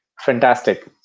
Fantastic